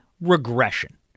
regression